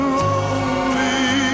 lonely